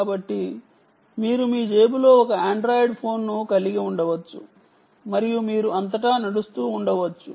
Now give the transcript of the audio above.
కాబట్టి మీరు మీ జేబులో ఒక ఆండ్రాయిడ్ ఫోన్ను కలిగి ఉండవచ్చు మరియు మీరు అంతటా నడుస్తూ ఉండవచ్చు